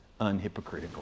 unhypocritical